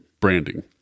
branding